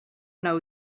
know